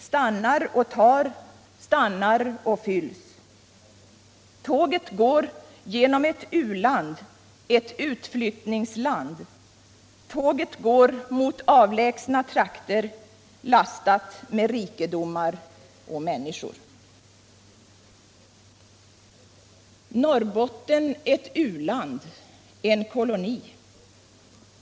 stannar och tar stannar och fylls. och människor. Norrbotten ett u-land — en koloni.